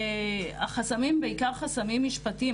החסמים הם בעיקר חסמים משפטיים.